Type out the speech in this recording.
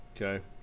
Okay